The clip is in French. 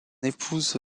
épouse